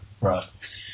Right